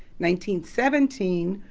nineteen seventeen,